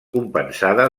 compensada